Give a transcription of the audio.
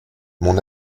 mon